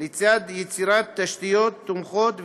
לצד יצירת תשתיות תומכות והכרחיות.